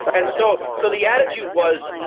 and so so the attitude was,